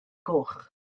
goch